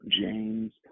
James